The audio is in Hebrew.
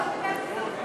אני לא מדברת על סמכויות.